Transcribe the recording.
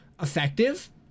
effective